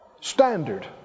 standard